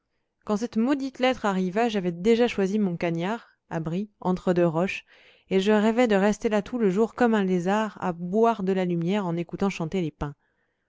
quand cette maudite lettre arriva j'avais déjà choisi mon cagnard abri entre deux roches et je rêvais de rester là tout le jour comme un lézard à boire de la lumière en écoutant chanter les pins